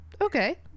okay